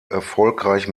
erfolgreich